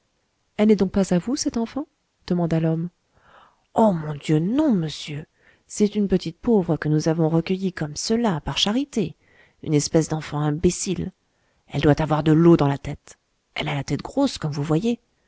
elle n'est donc pas à vous cette enfant demanda l'homme oh mon dieu non monsieur c'est une petite pauvre que nous avons recueillie comme cela par charité une espèce d'enfant imbécile elle doit avoir de l'eau dans la tête elle a la tête grosse comme vous voyez